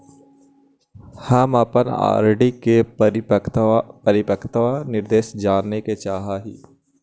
हम अपन आर.डी के परिपक्वता निर्देश जाने के चाह ही